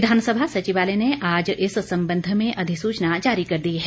विधानसभा सचिवालय ने आज इस संबंध में अधिसूचना जारी कर दी है